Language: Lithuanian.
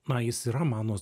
na jis yra mano